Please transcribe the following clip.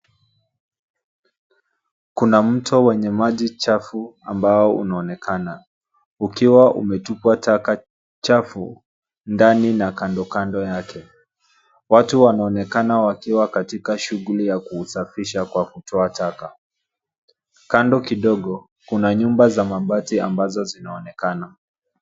Kuna mto wenye maji chafu ambao unaonekana ukiwa umetupwa taka chafu ndani na kando kando yake. Watu wanaonekana wakiwa katika shughuli ya ku usafisha kwa kutoa taka. Kando kidogo kuna nyumba za mabati ambazo zinaonekana.